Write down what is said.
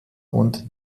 und